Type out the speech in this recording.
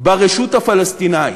ברשות הפלסטינית.